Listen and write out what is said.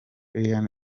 iryn